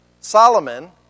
Solomon